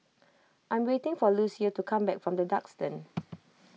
I am waiting for Lucio to come back from the Duxton